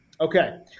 Okay